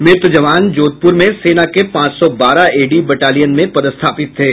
मृत जवान जोधपुर में सेना के पांच सौ बारह एडी बटालियन में पदस्थापित थे